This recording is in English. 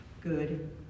good